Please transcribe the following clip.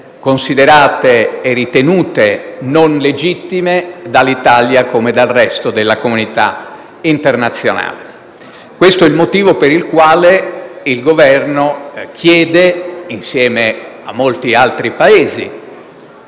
considerate e ritenute non legittime dall'Italia, come dal resto della comunità internazionale. Questo è il motivo per cui il Governo, insieme a molti altri Paesi,